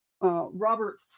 Robert